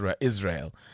Israel